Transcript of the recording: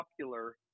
popular